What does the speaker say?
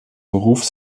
beruf